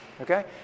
Okay